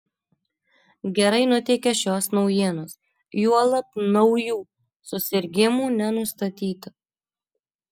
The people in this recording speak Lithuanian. gerai nuteikia šios naujienos juolab naujų susirgimų nenustatyta